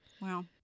Wow